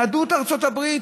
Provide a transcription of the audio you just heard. יהדות ארצות הברית,